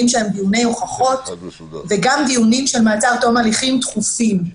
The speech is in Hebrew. שהם דיוני הוכחות וגם דיונים של מעצר עד תום ההליכים דחופים.